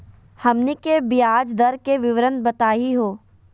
हमनी के ब्याज दर के विवरण बताही हो?